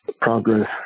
progress